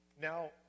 now